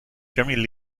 generally